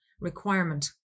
requirement